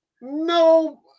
no